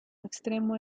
extremo